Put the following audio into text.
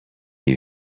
you